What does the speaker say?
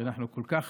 שאנחנו כל כך